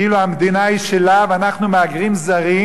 כאילו המדינה היא שלה ואנחנו מהגרים זרים,